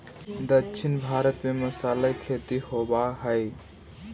दक्षिण भारत में मसाला के खेती होवऽ हइ